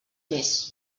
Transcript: més